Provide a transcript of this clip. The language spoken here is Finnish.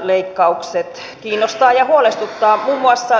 leikkaukset kiinnostavat ja huolestuttavat